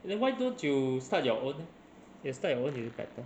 then why don't you start your own you start is it better